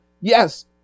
Yes